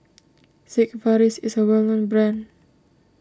Sigvaris is a well known brand